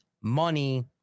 money